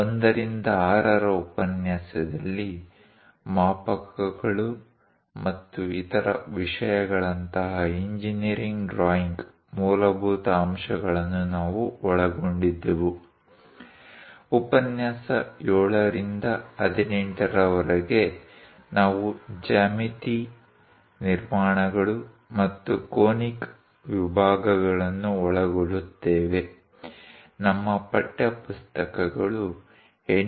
1 ರಿಂದ 6 ರ ಉಪನ್ಯಾಸದಲ್ಲಿ ಮಾಪಕಗಳು ಮತ್ತು ಇತರ ವಿಷಯಗಳಂತಹ ಇಂಜಿನೀರಿಂಗ್ ಡ್ರಾಯಿಂಗ್ ಮೂಲಭೂತ ಅಂಶಗಳನ್ನು ನಾವು ಒಳಗೊಂಡಿದ್ದೆವು ಉಪನ್ಯಾಸ 7 ರಿಂದ 18 ರವರೆಗೆ ನಾವು ಜ್ಯಾಮಿತಿ ನಿರ್ಮಾಣಗಳು ಮತ್ತು ಕೋನಿಕ್ ವಿಭಾಗಗಳನ್ನು ಒಳಗೊಳ್ಳುತ್ತೇವೆ ನಮ್ಮ ಪಠ್ಯಪುಸ್ತಕಗಳು ಎನ್